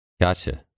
Gotcha